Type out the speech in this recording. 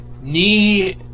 Knee